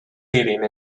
leading